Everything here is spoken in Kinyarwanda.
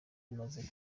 imaze